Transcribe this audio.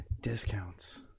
discounts